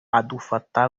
adufata